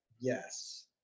Yes